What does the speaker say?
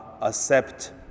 accept